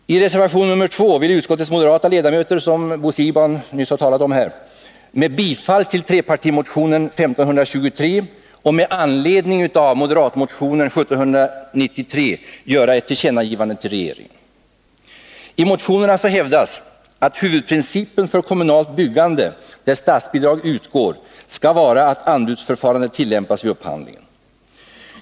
I reservation nr 2, som Bo Siegbahn nyss har talat om, vill utskottets moderata ledamöter, med bifall till trepartimotionen 1523 och med anledning av moderatmotionen 1793, att riksdagen skall göra ett tillkännagivande till regeringen. I motionerna hävdas att huvudprincipen för kommunalt byggande där statsbidrag utgår skall vara att anbudsförfarande tillämpas vid upphandlingen.